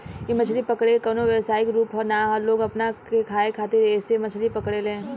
इ मछली पकड़े के कवनो व्यवसायिक रूप ना ह लोग अपना के खाए खातिर ऐइसे मछली पकड़े ले